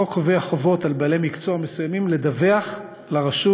החוק קובע חובות על בעלי מקצוע מסוימים לדווח לרשות